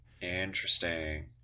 interesting